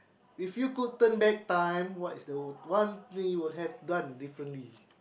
if you could turn back time what is the one thing you would have done differently